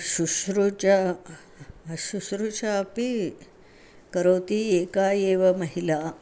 शुश्रूषा च शुश्रूषा च अपि करोति एका एव महिला